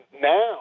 Now